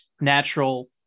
natural